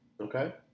Okay